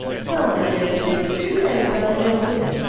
well, my dear, tis a true saying about an ill-wind,